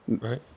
right